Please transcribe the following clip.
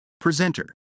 Presenter